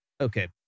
Okay